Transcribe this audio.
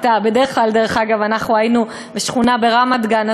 אנחנו היינו שכונה ברמת-גן,